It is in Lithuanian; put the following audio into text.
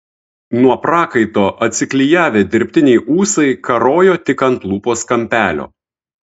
nuo prakaito atsiklijavę dirbtiniai ūsai karojo tik ant lūpos kampelio